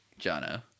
Jono